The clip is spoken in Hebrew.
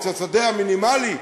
את השדה המינימלי,